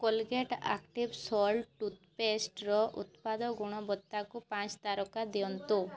Colgate active salt tooth ପେଷ୍ଟ୍ର ଉତ୍ପାଦ ଗୁଣବତ୍ତାକୁ ପାଞ୍ଚ ତାରକା ଦିଅନ୍ତୁ